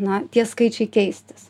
na tie skaičiai keistis